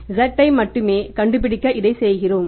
Z ஐ மட்டும் கண்டுபிடிக்க இதை சேர்க்கிறோம்